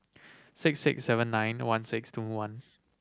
six six seven nine one six two one